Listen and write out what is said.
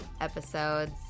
episodes